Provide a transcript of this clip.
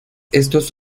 estos